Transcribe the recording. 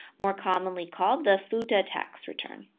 more commonly called the futa tax return.